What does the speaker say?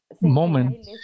moment